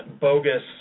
bogus